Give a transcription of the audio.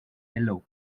yellow